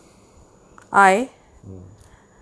mm